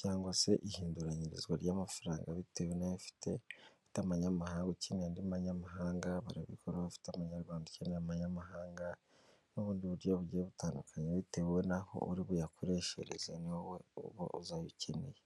cyangwa se ihinduranyirizwa ry'amafaranga bitewe n'ayo ufite y'abanyamahanga ukeneye andi y'abanyamahanga barabikora, ufite amanyarwanda ukeneye amanyamahanga n'ubundi buryo bugiye butandukanye bitewe n'aho uri buyakoreshereze, ni wowe uba uzayi ukeneye.